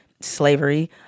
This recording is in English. slavery